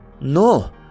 No